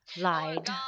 lied